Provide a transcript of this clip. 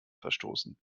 verstoßen